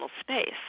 space